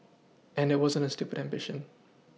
and it wasn't a stupid ambition